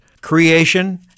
creation